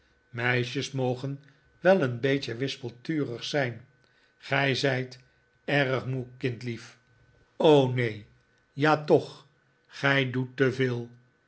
meisjes mogen weleen beetje wispelturig zijn gij zijt erg moe kindlief neen ja toch gij doet te veel